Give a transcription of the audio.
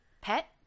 pet